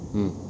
mm